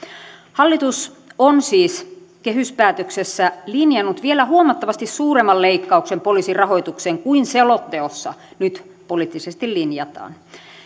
hallitus on siis kehyspäätöksessä linjannut vielä huomattavasti suuremman leikkauksen poliisin rahoitukseen kuin selonteossa nyt poliittisesti linjataan